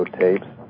tapes